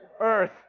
Earth